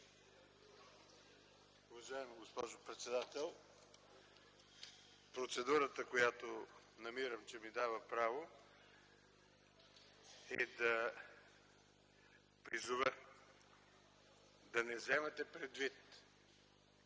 Уважаема госпожо председател, процедурата, която намирам, че ми дава право, е да призова да не вземате предвид